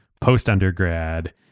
post-undergrad